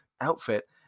outfit